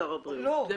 וזו